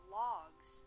logs